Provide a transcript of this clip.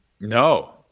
No